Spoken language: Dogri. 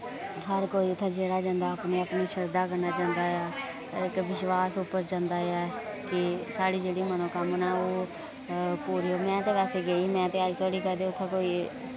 हर कोई उत्थै जेह्ड़ा जंदा अपनी अपनी शरधा कन्नै जंदा ऐ इक विश्वास उप्पर जंदा ऐ कि साढ़ी जेह्ड़ी मनोकामना ओह् पूरी मैं ते वैसे गेई मैं ते अज्ज धोड़ी कदें उत्थै कोई